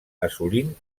assolint